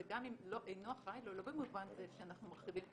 זה גם אם אינו אחראי לא במובן זה שאנחנו מרחיבים את